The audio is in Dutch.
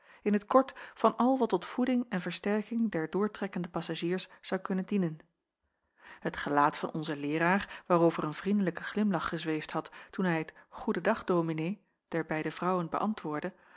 in t kort van al wat tot voeding en versterking der doortrekkende passagiers zou kunnen dienen het gelaat van onzen leeraar waarover een vriendelijke glimlach gezweefd had toen hij het goeden dag dominee der beide vrouwen beäntwoordde